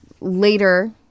later